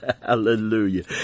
Hallelujah